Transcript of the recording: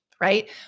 right